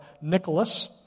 Nicholas